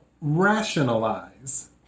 rationalize